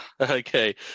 okay